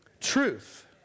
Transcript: truth